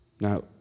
Now